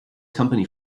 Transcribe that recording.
company